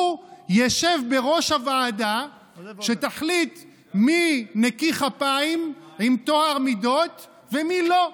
הוא ישב בראש הוועדה שתחליט מי נקי כפיים עם טוהר מידות ומי לא.